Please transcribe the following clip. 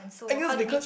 I guess because